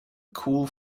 cool